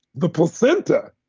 the placenta,